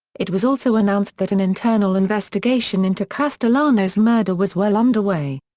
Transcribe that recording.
it was also announced that an internal investigation into castellano's murder was well underway.